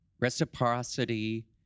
reciprocity